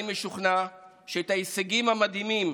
אני משוכנע שאת ההישגים המדהימים